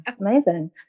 amazing